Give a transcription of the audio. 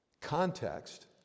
context